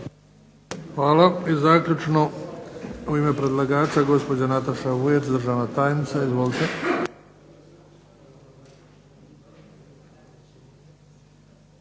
Hvala. I zaključno u ime predlagača gospođa Nataša Vujec, državna tajnica. Izvolite.